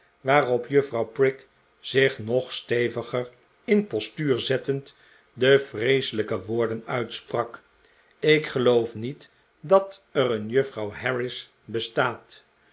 waarop juffrouw prig zich nog feteviger in postuur zettend de vreeselijke woorden uitsprak ik geloof niet dat er een juffrouw harris bestaat